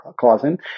causing